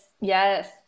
yes